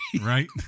right